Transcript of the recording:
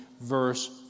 verse